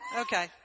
Okay